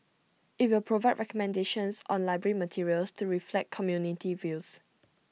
IT will provide recommendations on library materials to reflect community views